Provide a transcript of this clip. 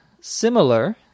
similar